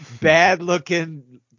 bad-looking